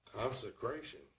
Consecration